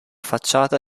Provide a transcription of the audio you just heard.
facciata